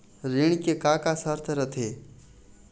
ऋण के का का शर्त रथे?